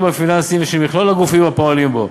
הפיננסיים ושל מכלול הגופים הפועלים בו,